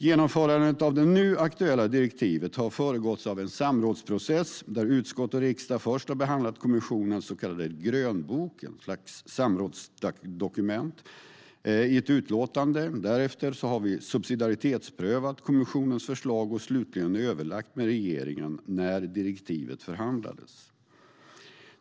Genomförandet av det nu aktuella direktivet har föregåtts av en samrådsprocess, där utskott och riksdag först har behandlat kommissionens så kallade grönbok - ett slags samrådsdokument - i ett utlåtande, därefter subsidiaritetsprövat kommissionens förslag och slutligen överlagt med regeringen när direktivet förhandlades.